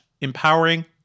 empowering